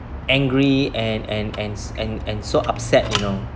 angry and and and and and so upset you know